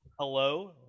Hello